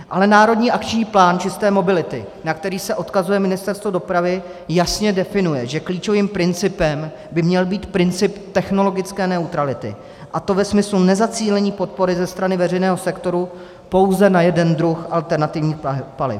Ale Národní akční plán čisté mobility, na který se odkazuje Ministerstvo dopravy, jasně definuje, že klíčovým principem by měl být princip technologické neutrality, a to ve smyslu nezacílení podpory ze strany veřejného sektoru pouze na jeden druh alternativních paliv.